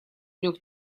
трёх